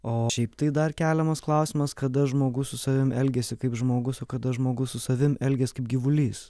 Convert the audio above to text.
o šiaip tai dar keliamas klausimas kada žmogus su savim elgiasi kaip žmogus o kada žmogus su savim elgias kaip gyvulys